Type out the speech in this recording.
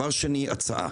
שנית, הצעה